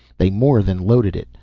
they more than loaded it,